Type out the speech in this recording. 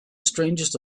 strangest